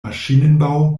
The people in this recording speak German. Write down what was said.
maschinenbau